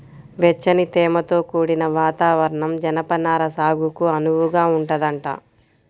వెచ్చని, తేమతో కూడిన వాతావరణం జనపనార సాగుకు అనువుగా ఉంటదంట